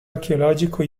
archeologico